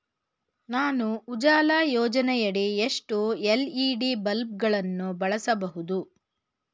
ನಾನು ಉಜಾಲ ಯೋಜನೆಯಡಿ ಎಷ್ಟು ಎಲ್.ಇ.ಡಿ ಬಲ್ಬ್ ಗಳನ್ನು ಬಳಸಬಹುದು?